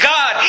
God